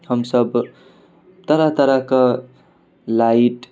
हमसभ तरह तरहके लाइट